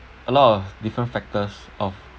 a lot of different factors of